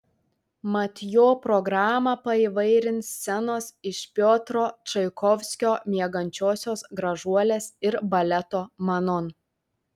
mat jo programą paįvairins scenos iš piotro čaikovskio miegančiosios gražuolės ir baleto manon